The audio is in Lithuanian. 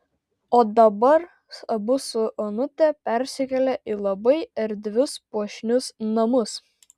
o dabar abu su onute persikėlė į labai erdvius puošnius namus